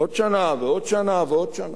עוד שנה ועוד שנה ועוד שנה.